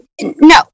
no